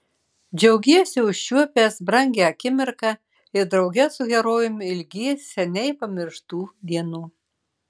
džiaugiesi užčiuopęs brangią akimirką ir drauge su herojumi ilgiesi seniai pamirštų dienų